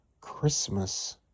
Christmas